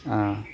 आ